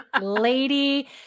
lady